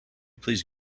please